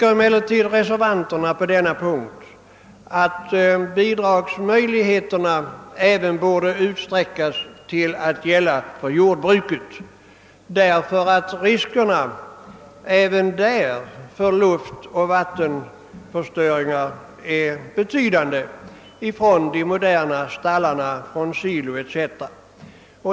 Reservanterna på denna punkt anser emellertid att bidragsmöjligheterna borde utsträckas till att gälla även jordbruket, eftersom riskerna för luftoch vattenförstöring från moderna stallar, silor etc. är betydande.